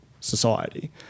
society